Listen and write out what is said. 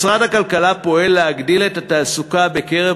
משרד הכלכלה פועל להגדלת התעסוקה בקרב